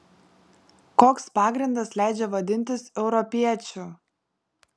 koks pagrindas leidžia vadintis europiečiu